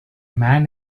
man